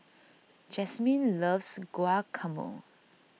Jasmyne loves Guacamole